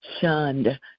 shunned